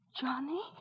Johnny